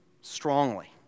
strongly